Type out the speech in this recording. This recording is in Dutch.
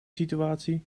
situatie